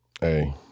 hey